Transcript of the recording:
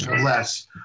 less